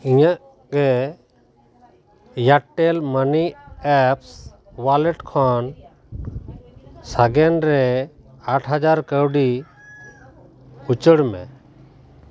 ᱤᱧᱟᱹᱜ ᱮ Airtel money apps wallet ᱠᱷᱚᱱ ᱥᱟᱜᱮᱱ ᱨᱮ ᱟᱴ ᱦᱟᱡᱟᱨ ᱠᱟᱹᱣᱰᱤ ᱩᱪᱟᱹᱲ ᱢᱮ